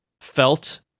felt